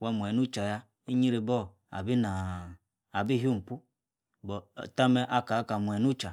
wah muenyi nucha yah. inyribor abi naah. abifur puh. but tah- meh aka- kah muenyi nucha